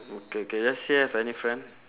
okay okay does she have any friend